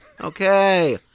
Okay